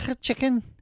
chicken